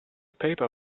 paper